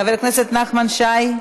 חבר הכנסת נחמן שי,